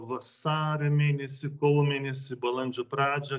vasario mėnesį kovo mėnesį balandžio pradžią